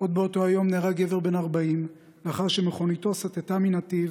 עוד באותו יום נהרג גבר בן 40 לאחר שמכוניתו סטתה מהנתיב